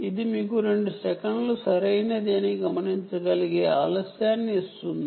ఇది మీరు గమనించగలిగే 2 సెకన్ల టైం డిలే ఇస్తుంది